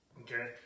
okay